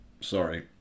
Sorry